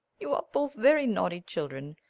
you are both very naughty children.